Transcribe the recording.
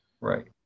right